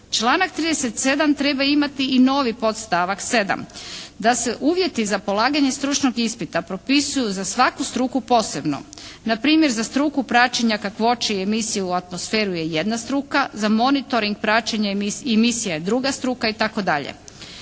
Članak 37. treba imati i novi podstavak 7. da se uvjeti za polaganje stručnog ispita propisuju za svaku struku posebno, na primjer za struku praćenja kakvoće i emisije u atmosferu je jedna struka, za monitoring praćenja i misija je druga struka itd.